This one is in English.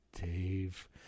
Dave